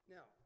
Now